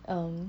um